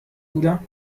بودم